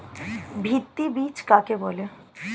ভিত্তি বীজ কাকে বলে?